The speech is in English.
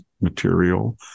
material